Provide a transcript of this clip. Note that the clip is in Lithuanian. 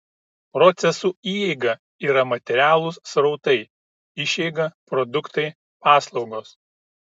procesų įeiga yra materialūs srautai išeiga produktai paslaugos